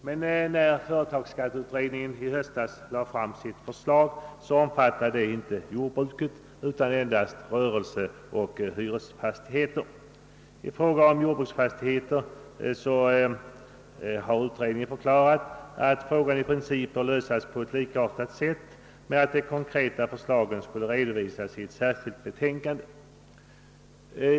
Men när företagsskatteutredningen i höstas lade fram sitt förslag omfattade förslaget inte jordbruket utan endast rörelseoch hyresfastigheter. I fråga om jordbruksfastigheter har utredningen förklarat, att frågan i princip bör lösas på ett likartat sätt men att de konkreta förslagen skulle redovisas i ett särskilt betänkande.